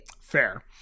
Fair